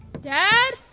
Dad